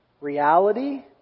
reality